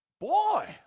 boy